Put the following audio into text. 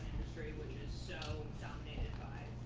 industry which is so dominated by